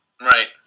Right